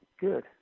Good